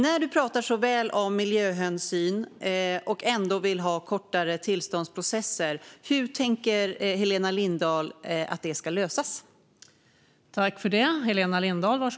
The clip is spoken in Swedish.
När hon talar så väl om miljöhänsyn och ändå vill ha kortare tillståndsprocesser, hur tänker Helena Lindahl att det ska lösas?